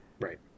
Right